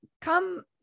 Come